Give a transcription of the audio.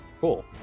Cool